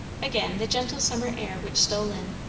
again the gentle summer air which stole in,